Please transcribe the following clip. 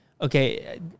okay